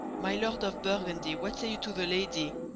my lord of burgundy, what say you to the lady?